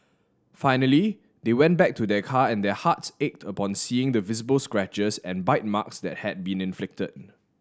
finally they went back to their car and their hearts ached upon seeing the visible scratches and bite marks that had been inflicted